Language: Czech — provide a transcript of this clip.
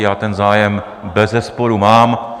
Já ten zájem bezesporu mám.